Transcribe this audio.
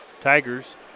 Tigers